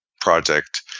project